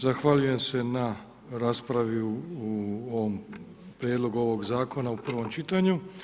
Zahvaljujem se na raspravi u ovom Prijedlogu ovog Zakona u prvom čitanju.